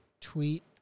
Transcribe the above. tweet